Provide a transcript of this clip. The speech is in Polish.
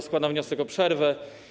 Składam wniosek o przerwę.